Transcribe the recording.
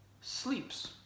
sleeps